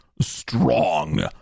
strong